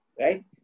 right